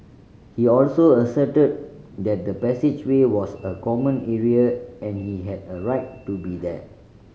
he also asserted that the passageway was a common area and he had a right to be there